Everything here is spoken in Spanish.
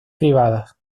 privadas